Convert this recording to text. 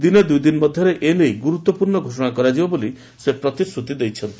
ଦିନେ ଦୁଇ ଦିନ ମଧ୍ୟରେ ଏନେଇ ଗୁରୁତ୍ୱପୂର୍ଣ୍ଣ ଘୋଷଣା କରାଯିବ ବୋଲି ସେ ପ୍ରତିଶ୍ରତି ଦେଇଛନ୍ତି